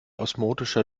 osmotischer